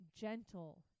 gentle